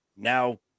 now